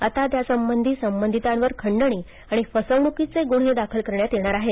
आता त्याप्रसंगी संबंधितांवर खंडणी आणि फसवणुकीचे गुन्हे दाखल करण्यात येणार आहेत